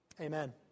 Amen